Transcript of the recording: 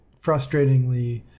frustratingly